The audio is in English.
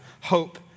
Hope